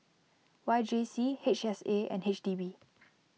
Y J C H S A and H D B